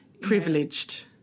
Privileged